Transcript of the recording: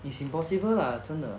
it's impossible lah 真的